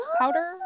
powder